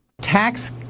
Tax